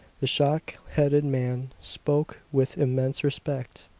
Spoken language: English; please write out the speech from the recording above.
the shock-headed man spoke with immense respect.